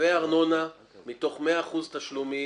חייבי ארנונה, מתוך 100% תשלומים,